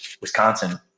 Wisconsin